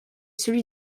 celui